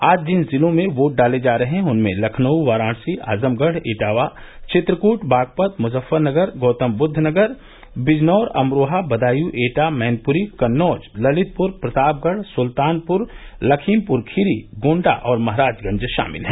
आज जिन जिलों में वोट डाले जा रहे हैं उनमें लखनऊ वाराणसी आजमगढ़ इटावा चित्रकूट बागपत मुजफ्फरनगर गौतम बौद्ध नगर बिजनौर अमरोहा बदायूं एटा मैनपुरी कन्नौज ललितपुर प्रतापगढ़ सुल्तानपुर लखीमपुर खीरी गोंडा और महाराजगंज शामिल हैं